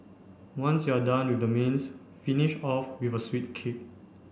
once you're done with the mains finish off with a sweet kick